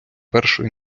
першої